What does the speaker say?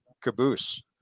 caboose